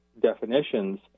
definitions